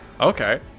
okay